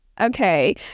Okay